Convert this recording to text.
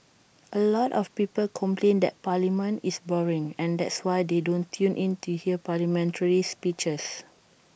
A lot of people complain that parliament is boring and that's why they don't tune in to hear parliamentary speeches